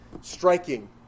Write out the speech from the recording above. Striking